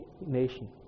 nation